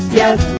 yes